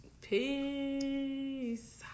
Peace